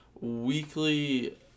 weekly